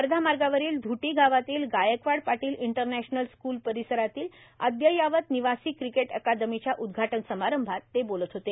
वर्धा मार्गावरील ध्टी गावातील गायकवाड पाटील इंटरनॅशनल स्कूल परिसरातील अद्ययावत निवासी क्रिकेट अकादमीच्या उद्घाटन समारंभात ते बोलत होते